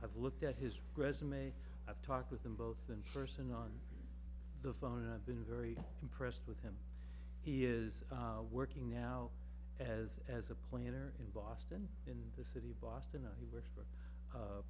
i've looked at his resume i've talked with them both in person on the phone and i've been very impressed with him he is working now as as a planner in boston in the city of boston and he works